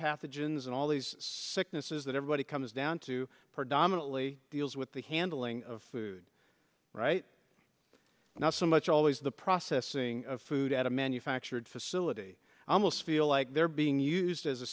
pathogens and all these sicknesses that everybody comes down to predominantly deals with the handling of food right now so much always the processing of food at a manufactured facility i almost feel like they're being used as a